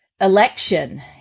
election